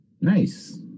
Nice